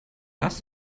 das